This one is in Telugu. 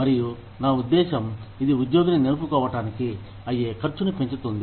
మరియు నా ఉద్దేశ్యం ఇది ఉద్యోగిని నిలుపుకోవటానికి అయ్యే ఖర్చును పెంచుతుంది